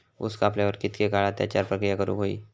ऊस कापल्यार कितके काळात त्याच्यार प्रक्रिया करू होई?